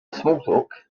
smalltalk